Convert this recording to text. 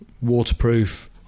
waterproof